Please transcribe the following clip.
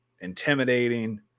intimidating